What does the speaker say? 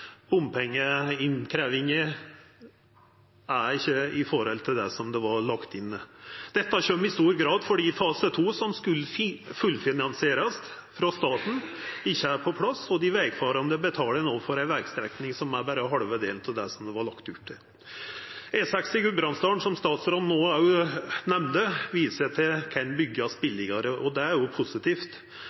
stipulert. Bompengeinnkrevjinga er ikkje slik det var lagt inn at ho skulle vera. Dette skjer i stor grad fordi fase 2, som skulle fullfinansierast av staten, ikkje er på plass, og dei vegfarande betaler no for ei vegstrekning som er berre halve delen av det som det var lagt opp til. E6 i Gudbrandsdalen, som statsråden òg no nemnde, viser at det kan byggjast billegare, og det er positivt.